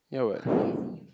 ya what